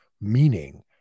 Meaning